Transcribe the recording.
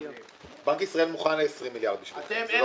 --- בנק ישראל מוכן ל-20 מיליארד בשבילכם.